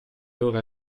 ora